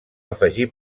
afegir